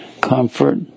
comfort